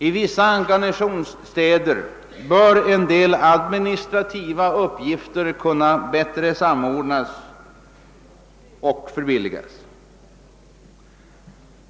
I vissa garnisonsstäder bör en del administrativa uppgifter kunna bättre samordnas och förbilligas.